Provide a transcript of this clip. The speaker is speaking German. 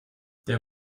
der